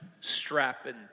strapping